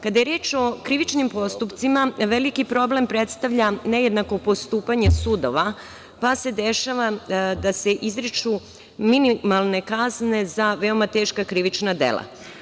Kada je reč o krivičnim postupcima veliki problem predstavlja nejednako postupanje sudova, pa se dešava da se izriču minimalne kazne za veoma teška krivična dela.